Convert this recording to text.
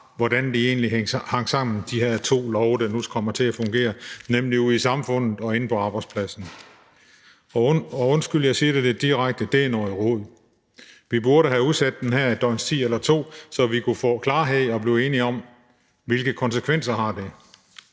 svært at forklare, hvordan de her to love, der nu kommer til at fungere ude i samfundet og inde på arbejdspladsen, egentlig hang sammen. Og undskyld, jeg siger det lidt direkte, men det er noget rod. Vi burde have udsat det her et døgns tid eller to, så vi kunne få klarhed og blive enige om, hvilke konsekvenser det